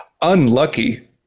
Unlucky